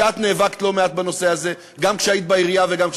שאת נאבקת לא מעט בנושא הזה גם כשהיית בעירייה וגם,